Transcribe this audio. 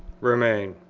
remain.